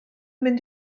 mynd